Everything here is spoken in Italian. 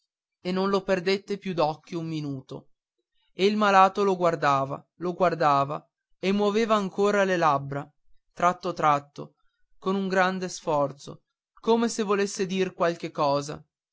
e non lo perdette più d'occhio un minuto e il malato lo guardava lo guardava e muoveva ancora le labbra tratto tratto con un grande sforzo come se volesse dir qualche cosa